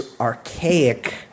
archaic